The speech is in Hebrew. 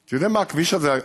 את יודעת מה הכביש הזה,